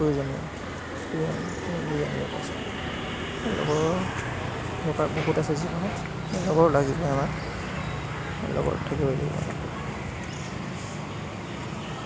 লগৰ লাগিবই আমাক লগত থাকিবই লাগিব আমি